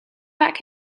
back